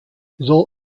soll